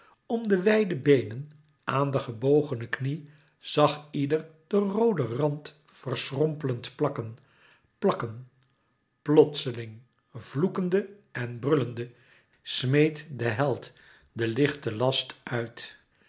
om de wijde beenen aan de gebogene knie zag ieder den rooden rand verschrompelend plakken plakken plotseling vloekende en brullende smeet de held den lichten last uit